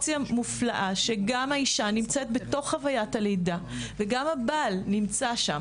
מופלאה שגם האישה נמצאת בתוך חוויית הלידה וגם הבעל נמצא שם